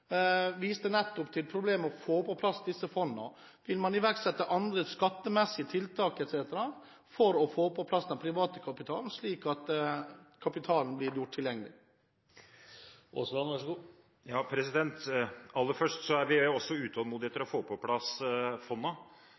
viste statsråden nettopp til problemene med å få på plass disse fondene. Vil man iverksette andre skattemessige tiltak etc. for å få på plass den private kapitalen, slik at kapitalen blir gjort tilgjengelig? Aller først: Vi er også utålmodige etter å få på plass